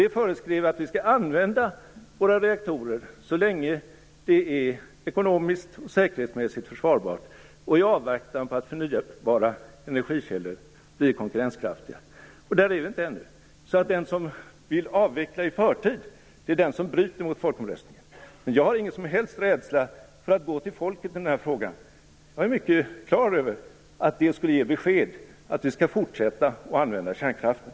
Det föreskrev att vi skall använda våra reaktorer så länge det är ekonomiskt och säkerhetsmässigt försvarbart och i avvaktan på att förnybara energikällor blir konkurrenskraftiga. Där är vi inte ännu. Den som vill avveckla i förtid är alltså den som bryter mot folkomröstningen. Jag känner ingen som helst rädsla för att gå till folket i den här frågan. Jag är mycket klar över att det skulle ge besked om att vi skall fortsätta använda kärnkraften.